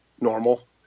normal